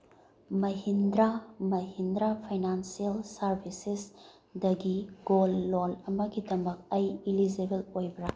Mahindra Mahindra financial ꯁꯥꯔꯚꯤꯁꯦꯁꯗꯒꯤ gold loan ꯑꯃꯒꯤꯗꯃꯛ ꯑꯩ ꯏꯂꯤꯖꯦꯕꯜ ꯑꯣꯏꯕ꯭ꯔꯥ